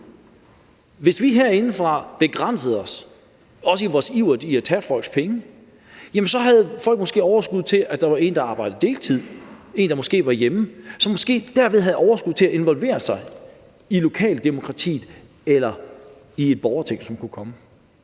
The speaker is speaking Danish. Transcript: Hvis vi herindefra begrænsede os, også i vores iver efter at tage folks penge, havde familierne måske overskud til, at en af parterne arbejdede deltid, og en, der måske var hjemme, og som måske derved havde overskud til at involvere sig i lokaldemokratiet eller i et borgerting, som kunne komme.